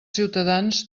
ciutadans